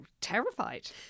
terrified